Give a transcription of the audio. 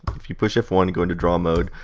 if you push f one you go into draw mode.